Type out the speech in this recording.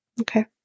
Okay